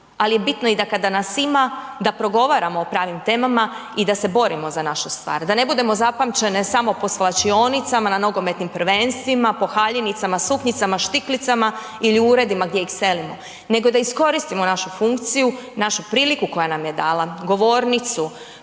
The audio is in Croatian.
ali je bitno kada nas ima da progovaramo o pravim temama i da se borimo za našu stvar, da ne budemo zapamćene samo po svlačionicama na nogometnim prvenstvima, po haljinicama, suknjicama, štiklicama ili u uredima gdje ih selimo. Nego da iskoristimo našu funkciju, našu priliku koja nam je dala, govornicu,